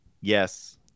yes